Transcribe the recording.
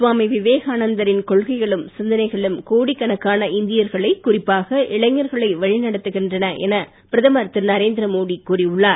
சுவாமி விவேகானந்தரின் கொள்கைகளும் சிந்தனைகளும் கோடிக்கணக்கான இந்தியர்களை குறிப்பாக இளைஞர்களை வழிநடத்துகின்றன என பிரதமர் திரு நரேந்திரமோடி கூறி உள்ளார்